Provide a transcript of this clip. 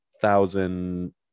thousand